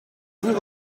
vous